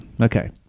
Okay